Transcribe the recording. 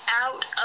out